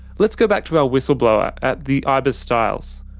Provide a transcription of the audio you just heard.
let's go back to our whistleblower at the ibis styles.